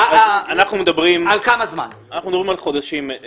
אנחנו מדברים על חודשים.